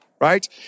right